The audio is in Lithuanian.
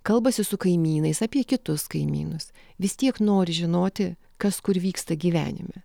kalbasi su kaimynais apie kitus kaimynus vis tiek nori žinoti kas kur vyksta gyvenime